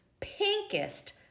pinkest